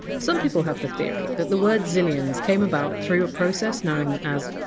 some people have the theory that the word zillions came about through a process known as!